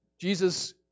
Jesus